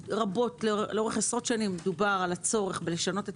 לאורך עשרות שנים דובר על הצורך לשנות את